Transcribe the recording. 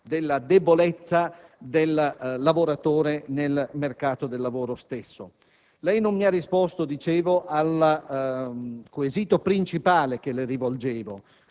della debolezza del lavoratore nel mercato del lavoro stesso. Lei non ha risposto al quesito principale che le ho rivolto,